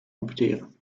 amputeren